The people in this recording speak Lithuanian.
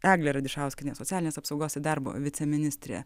eglė radišauskienė socialinės apsaugos ir darbo viceministrė